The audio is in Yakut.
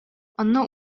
онно